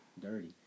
Dirty